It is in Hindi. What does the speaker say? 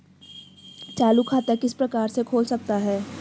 चालू खाता किस प्रकार से खोल सकता हूँ?